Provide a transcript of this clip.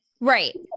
right